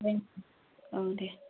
दे औ दे